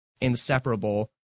inseparable